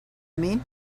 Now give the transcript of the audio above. mean